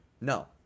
No